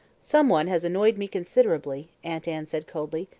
some one has annoyed me considerably, aunt anne said coldly,